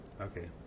Okay